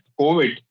COVID